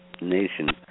nation